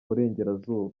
burengerazuba